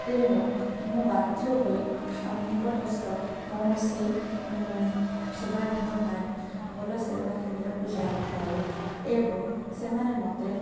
ତେଣୁ ମୁଁ ବାଧ୍ୟ ହୋଇ ନିକଟସ୍ଥ କୌଣସି ସମାଧାନ ପାଇଁ ଭଲ ସେବା କେନ୍ଦ୍ରକୁ ଯାଇ ଥାଏ ଏବଂ ସେମାନେ ମୋତେ